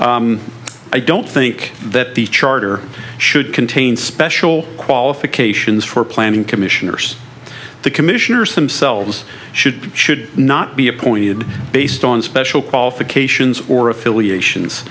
i don't think that the charter should contain special qualifications for planning commissioners the commissioners themselves should should not be appointed based on special qualifications or affiliations